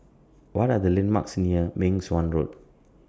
What Are The landmarks near Meng Suan Road